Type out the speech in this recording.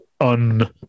un-